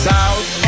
South